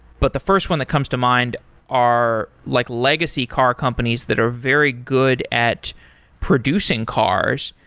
but the first one that comes to mind are like legacy car companies that are very good at producing cars,